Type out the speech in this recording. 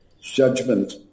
judgment